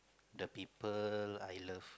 the people I love